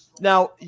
now